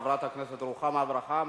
חברת הכנסת רוחמה אברהם,